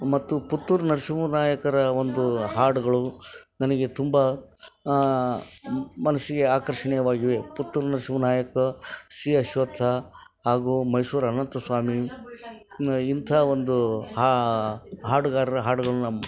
ಮತ್ತು ಪುತ್ತೂರ್ ನರ್ಸಿಂಹ ನಾಯಕರ ಒಂದು ಹಾಡುಗಳು ನನಗೆ ತುಂಬ ಮನಸ್ಸಿಗೆ ಆಕರ್ಷಣೀಯವಾಗಿವೆ ಪುತ್ತೂರು ನರ್ಸಿಂಹ ನಾಯಕ ಸಿ ಅಶ್ವತ್ಥ್ ಹಾಗೂ ಮೈಸೂರು ಅನಂತಸ್ವಾಮಿ ಇಂಥ ಒಂದು ಹಾ ಹಾಡುಗಾರರ ಹಾಡುಗಳು ನಮ್ಮ